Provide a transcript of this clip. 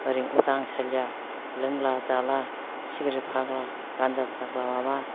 ओरै उदां सालिया लोंला जाला सिग्रेट फाग्ला गानजा फाग्ला माबा